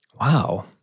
wow